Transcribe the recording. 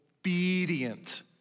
obedient